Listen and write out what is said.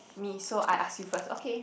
me so I ask you first okay